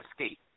escape